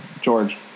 George